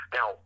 Now